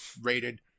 rated